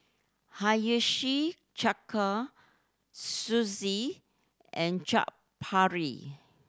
Hiyashi Sushi and Chaat Papri